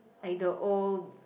like the old